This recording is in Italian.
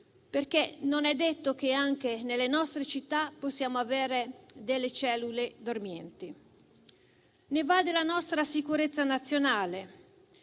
perché non è detto che anche nelle nostre città non vi siano delle cellule dormienti; ne va della nostra sicurezza nazionale.